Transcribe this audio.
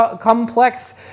complex